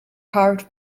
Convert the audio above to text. carved